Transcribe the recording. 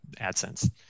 adsense